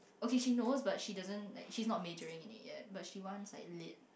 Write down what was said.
okay she knows but she doesn't like she is not measuring in it yet but she wants like elite